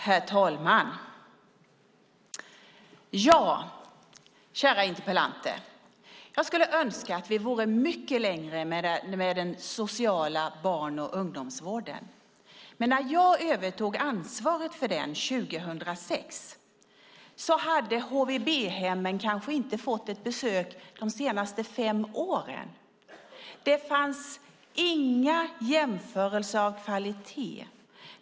Herr talman! Kära Interpellanter! Jag skulle önska att vi hade kommit mycket längre med den sociala barn och ungdomsvården. När jag övertog ansvaret för den 2006 hade HVB-hemmen kanske inte fått ett besök på de senaste fem åren. Det fanns inga jämförelser av kvalitet.